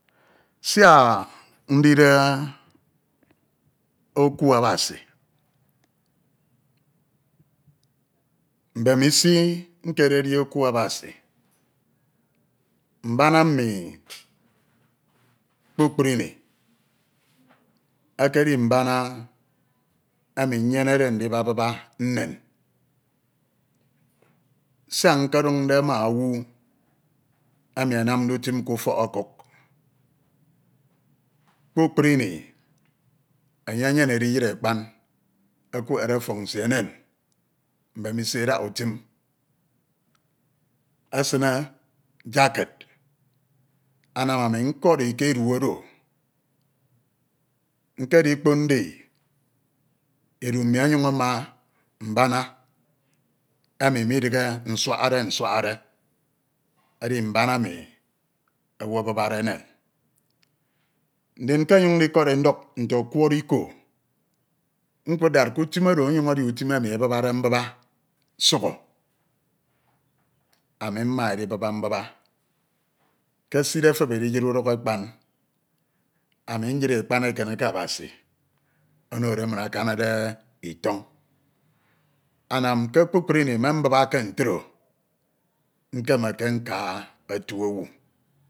Siak ndide eku Abasi, mbensi akededi eku Abasi Mbana mi kpukpru ini ekedi mbana emi nyere de ndububa men, Siak njedunde ma owu emi anamde utun ke ufok Okuk kpukpru ini enye emyene ediyine ekpan ekwehede ofon nsie enen mbemisi e daha utim, esine jacket, anan ami nkori ke edu oro. Nkedi kpoñ ndi, edu mnu onyuñ ama mbona emi midighe nsuakade nsuakade edi mbana emi owu abubade anen nkemyun ndikoro nduk nte okwọrọ iko, nkud da ke oro onyun edi utim emi ebubade mbuba ke eside efep ediyire uruk ekpan ami nyire ekeuñ eken eke Abasi, onode min akonade iton. Anam ke kpukpru ini me mbubake ntro nkemeke nka etu owu